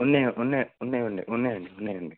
ఉన్నాయి ఉన్నాయి ఉన్నావు అండి ఉన్నావు అండి ఉన్నావు అండి